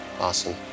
Awesome